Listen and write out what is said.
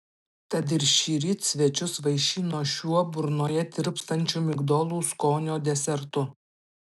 tad ir šįryt svečius vaišino šiuo burnoje tirpstančiu migdolų skonio desertu